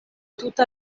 tuta